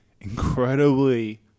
incredibly